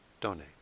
donate